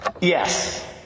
Yes